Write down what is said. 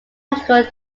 magical